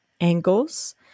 angles